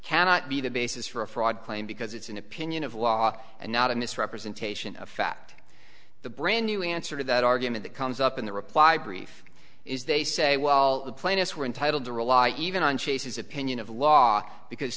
cannot be the basis for a fraud claim because it's an opinion of law and not a misrepresentation of fact the brand new answer to that argument that comes up in the reply brief is they say well the plaintiffs were entitled to rely even on chase's opinion of law because